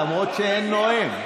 למרות שאין נואם.